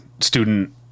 student